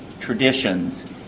traditions